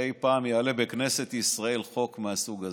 שאי פעם יעלה בכנסת ישראל חוק מהסוג הזה.